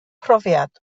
profiad